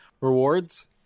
rewards